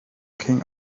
king